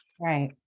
Right